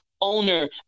owner